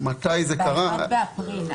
ב-1 באפריל.